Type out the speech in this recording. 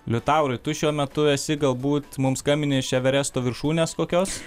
liutaurai tu šiuo metu esi galbūt mums skambini iš everesto viršūnės kokios